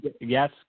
Yes